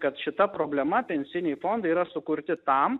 kad šita problema pensiniai fondai yra sukurti tam